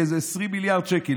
באיזה 20 מיליארד שקל,